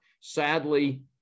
Sadly